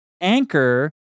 anchor